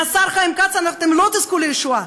מהשר חיים כץ אתם לא תזכו לישועה.